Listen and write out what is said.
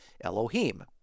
Elohim